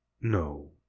no